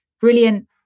brilliant